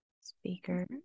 Speaker